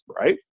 right